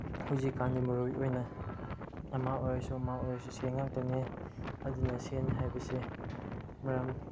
ꯍꯧꯖꯤꯛ ꯀꯥꯟꯗꯤ ꯃꯔꯨ ꯑꯣꯏꯅ ꯑꯃ ꯑꯣꯏꯔꯁꯨ ꯑꯃ ꯑꯣꯏꯔꯁꯨ ꯁꯦꯟ ꯉꯥꯛꯇꯅꯤ ꯑꯗꯨꯅ ꯁꯦꯟ ꯍꯥꯏꯕꯁꯦ ꯃꯔꯝ